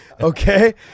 Okay